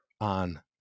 on